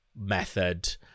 method